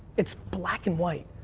it's black and white.